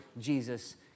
Jesus